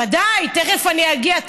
ודאי, תכף אני אגיע.